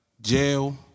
jail